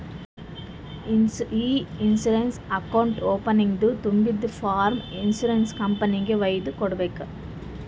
E insurance account ಓಪನಿಂಗ್ದು ತುಂಬಿದು form insurance ಕಂಪನಿಗೆಗ್ ವೈದು ಕೊಡ್ಬೇಕ್